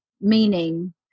meaning